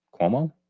Cuomo